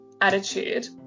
attitude